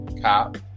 cop